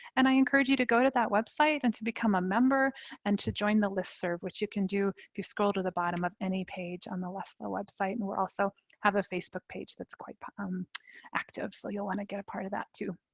and i encourage you to go to that website and to become a member and to join the listserv which you can do if you scroll to the bottom of any page on the leslla website. and we also have a facebook page that's quite but um active so you'll wanna get a part of that too,